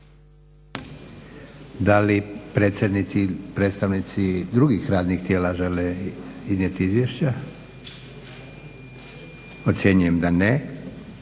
Da li predsjednici, predstavnici drugih radnih tijela žele iznijeti izvješća? Ocjenjujem da ne.